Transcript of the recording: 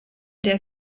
der